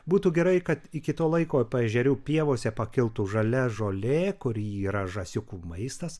būtų gerai kad iki to laiko paežerių pievose pakiltų žalia žolė kuri yra žąsiukų maistas